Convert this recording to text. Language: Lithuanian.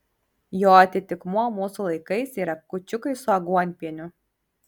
jo atitikmuo mūsų laikais yra kūčiukai su aguonpieniu